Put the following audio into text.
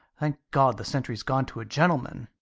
thank god, the centry's gone to a gentleman!